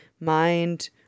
mind